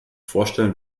vorstellen